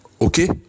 okay